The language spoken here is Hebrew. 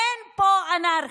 אין פה אנרכיה.